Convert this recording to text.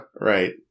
Right